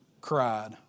Cried